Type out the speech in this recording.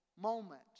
moment